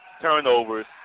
turnovers